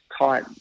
tight